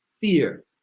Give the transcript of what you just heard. fear